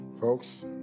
Folks